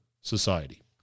society